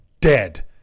Dead